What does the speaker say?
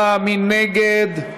מי נגד?